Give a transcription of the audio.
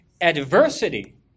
Adversity